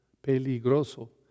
peligroso